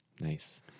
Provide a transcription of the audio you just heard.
Nice